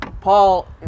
Paul